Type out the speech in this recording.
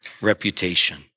reputation